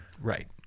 Right